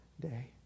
day